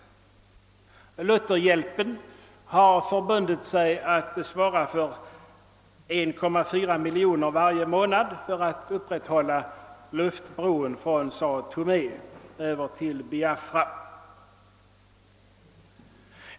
Lutherhjälpen har förbundit sig att svara för 1,4 miljon kronor varje månad för att upprätthålla luftbron från Sao Tomé över till Biafra.